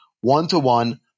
one-to-one